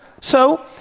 so,